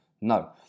No